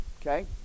okay